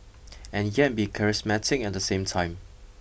and yet be charismatic at the same time